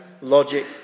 logic